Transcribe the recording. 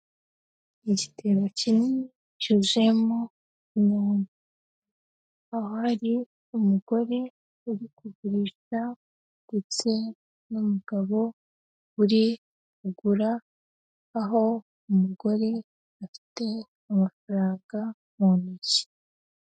Igitebo kinini, cyuzuyemo inyanya, ahari umugore uri kugurisha ndetse n'umugabo uri kugura, aho umugore afite amafaranga mu ntoki.